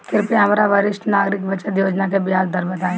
कृपया हमरा वरिष्ठ नागरिक बचत योजना के ब्याज दर बताइं